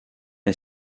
est